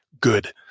good